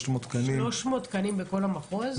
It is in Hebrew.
300 תקנים לכל המחוז?